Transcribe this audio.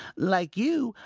like you,